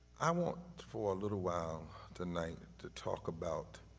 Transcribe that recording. i want for a little while tonight to talk about